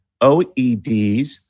OEDs